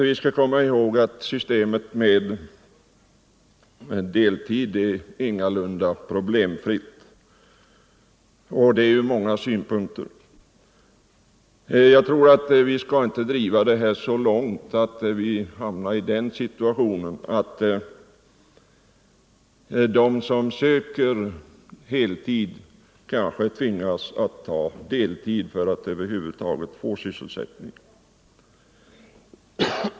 Vi skall komma ihåg att systemet med deltid är ingalunda problemfritt, och det ur många synpunkter. Jag hävdar att vi inte skall driva det här så långt att vi hamnar i den situationen att de som söker heltid kanske tvingas ta deltid för att över huvud taget få sysselsättning.